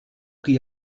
qui